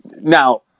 Now